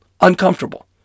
uncomfortable